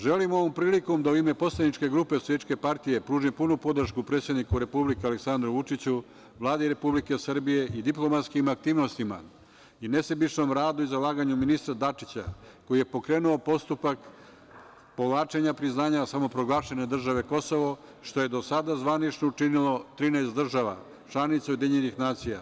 Želim ovom prilikom da u ime poslaničke SPS pružim punu podršku predsedniku Republike, Aleksandru Vučiću, Vladi Republike Srbije i diplomatskim aktivnostima i nesebičnom radu i zalaganju ministra Dačića koji je pokrenuo postupak povlačenja priznanja samoproglašene države Kosovo, što je do sada zvanično učinilo 13 država članica EU.